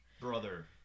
Brother